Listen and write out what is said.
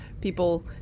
People